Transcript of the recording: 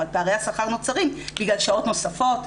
אבל פערי השכר נוצרים בגלל שעות נוספות,